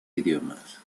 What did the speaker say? idiomas